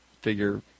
figure-